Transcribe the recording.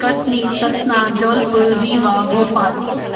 Katni Satna Jabalpur Rewa Bhopal